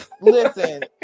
Listen